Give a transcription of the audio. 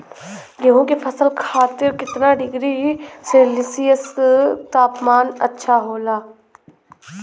गेहूँ के फसल खातीर कितना डिग्री सेल्सीयस तापमान अच्छा होला?